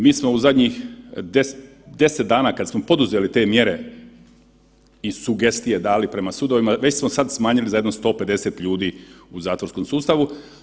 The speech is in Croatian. Mi smo u zadnjih 10 dana kada smo poduzeli te mjere i sugestije dali prema sudovima, već smo sada smanjili za jedno 150 ljudi u zatvorskom sustavu.